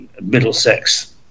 Middlesex